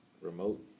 remote